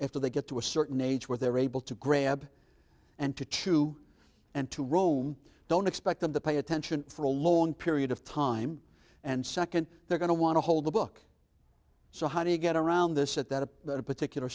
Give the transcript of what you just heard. after they get to a certain age where they're able to grab and to chew and to roam don't expect them to pay attention for a long period of time and second they're going to want to hold the book so how do you get around this at that particular